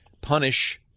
punish